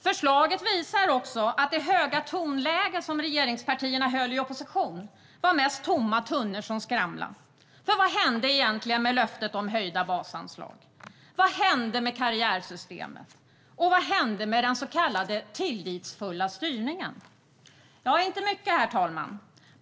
Förslaget visar också att det höga tonläge som regeringspartierna hade i opposition var mest tomma tunnor som skramlade. För vad hände egentligen med löftet om höjda basanslag? Vad hände med karriärsystemet? Och vad hände med den så kallade tillitsfulla styrningen? Inte mycket, herr talman.